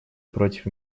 против